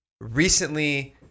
recently